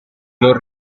non